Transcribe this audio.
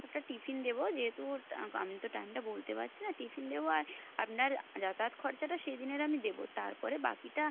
একটা টিফিন দেবো যেহেতু আমি তো টাইমটা বলতে পারছি না টিফিন দেবো আর আপনার যাতায়াত খরচাটা সেই দিনের আমি দেবো তার পরে বাকিটা